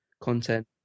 content